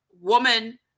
woman